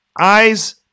Eyes